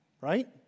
right